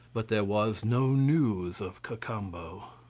but there was no news of cacambo.